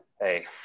hey